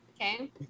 okay